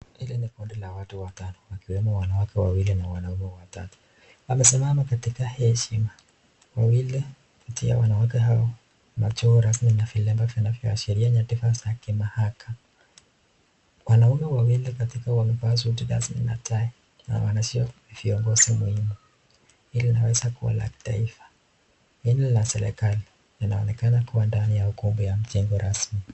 Hili ni kundi la watu watano wakiwemo wanawake wawili na wanaume watatu. Wamesimama kwa heshima. Wanaume wawili kati yao wamevaa suti na tai na wanakaa viongozi. Inaonekana kua ndani ya mjengo rasmi ya serikali.